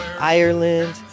Ireland